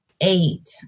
eight